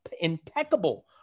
impeccable